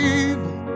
evil